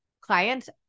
clients